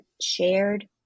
shared